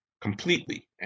completely